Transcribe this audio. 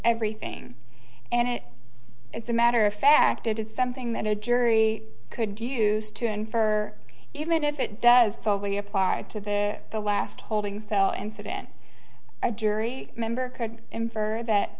everything and it is a matter of fact it is something that a jury could use to infer even if it does so we applied to the the last holding cell incident a jury member could